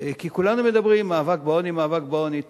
כי כולנו מדברים: מאבק בעוני, מאבק בעוני.